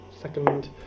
Second